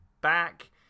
back